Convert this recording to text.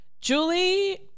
Julie